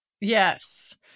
Yes